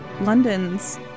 London's